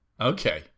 Okay